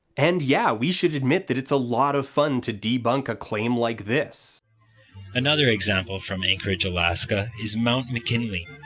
and, yeah, we should admit that it's a lot of fun to debunk a claim like this another example from anchorage, alaska is mt. mckinley.